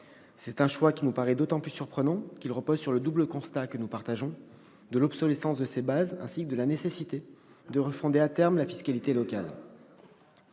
C'est un choix qui nous paraît d'autant plus surprenant qu'il repose sur le double constat, que nous partageons, de l'obsolescence de ses bases, ... Certes !... ainsi que de la nécessité de refonder, à terme, la fiscalité locale.